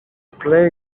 plej